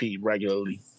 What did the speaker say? regularly